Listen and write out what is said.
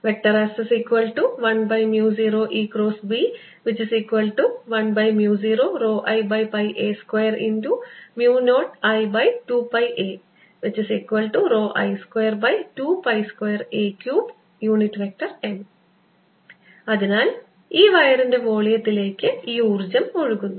S10EB10ρIa20I2πaI222a3n അതിനാൽ ഈ വയറിന്റെ വോളിയത്തിലേക്ക് ഈ ഊർജ്ജം ഒഴുകുന്നു